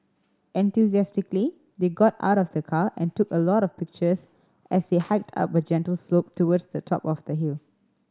enthusiastically they got out of the car and took a lot of pictures as they hiked up a gentle slope towards the top of the hill